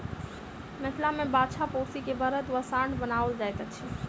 मिथिला मे बाछा पोसि क बड़द वा साँढ़ बनाओल जाइत अछि